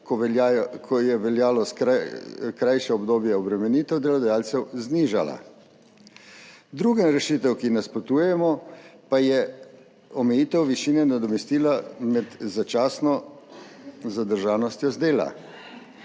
ko je veljalo krajše obdobje, obremenitev delodajalcev znižala. Druga rešitev, ki ji nasprotujemo, pa je omejitev višine nadomestila med začasno zadržanostjo z dela.